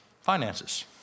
finances